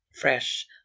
fresh